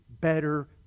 better